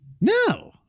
No